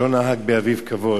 משום שלא נהג באביו כבוד.